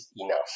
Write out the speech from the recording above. enough